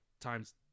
times